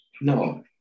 No